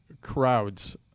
crowds